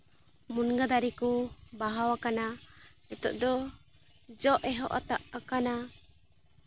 ᱢᱩᱱᱜᱟᱹ ᱫᱟᱨᱮ ᱠᱚ ᱵᱟᱦᱟᱣ ᱠᱟᱱᱟ ᱱᱤᱛᱚᱜ ᱫᱚ ᱡᱚ ᱮᱦᱚᱵ ᱟᱠᱟᱱᱟ